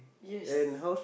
yes